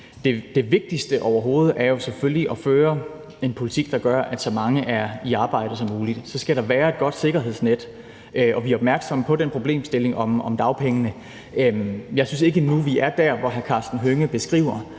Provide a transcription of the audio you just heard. det vigtigste overhovedet jo selvfølgelig er at føre en politik, der gør, at så mange er i arbejde som muligt. Så skal der være et godt sikkerhedsnet, og vi er opmærksomme på den problemstilling om dagpengene. Jeg synes endnu ikke, vi er der, hvor hr. Karsten Hønge beskriver